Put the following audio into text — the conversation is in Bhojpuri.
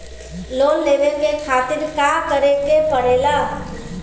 लोन लेवे के खातिर का करे के पड़ेला?